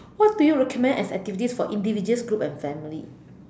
what do you recommend as activities for individuals group and family